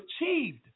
achieved